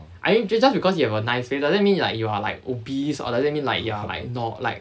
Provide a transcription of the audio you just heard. I ju~ just because you have a nice face does that mean you are like obese or does that mean like you are like not like